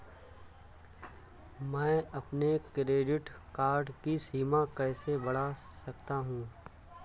मैं अपने credit card की सीमा कैसे बढ़ा सकता हूँ?